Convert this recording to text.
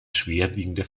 schwerwiegende